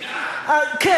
מתגאה?